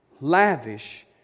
lavish